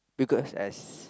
you could as